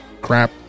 crap